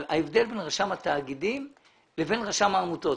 אבל ההבדל בין רשם התאגידים לבין רשם העמותות.